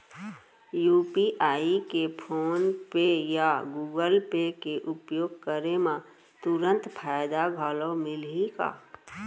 UPI के PhonePe या Google Pay के उपयोग करे म तुरंत फायदा घलो मिलही का?